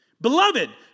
Beloved